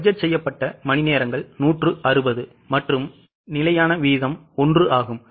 budget செய்யப்பட்ட மணிநேரங்கள் 160 மற்றும் நிலையான வீதம் 1 ஆகும்